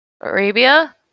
Arabia